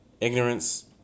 ignorance